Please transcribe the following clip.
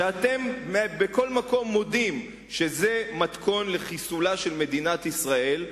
שאתם בכל מקום מודים שזה מתכון לחיסולה של מדינת ישראל,